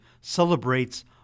celebrates